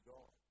God